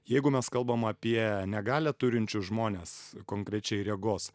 jeigu mes kalbam apie negalią turinčius žmones konkrečiai regos